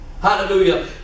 hallelujah